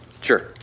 Sure